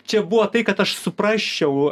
čia buvo tai kad aš suprasčiau